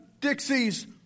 Dixie's